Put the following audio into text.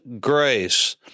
grace